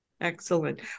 Excellent